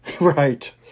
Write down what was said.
right